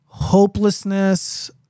hopelessness